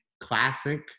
classic